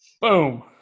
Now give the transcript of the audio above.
Boom